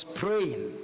praying